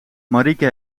marieke